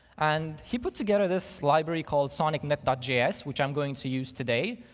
and he put together this library called sonicnet ah js, which i'm going to use today,